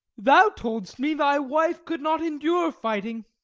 thou toldest me thy wife could not endure fighting.